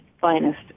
finest